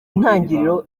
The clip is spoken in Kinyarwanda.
intangiriro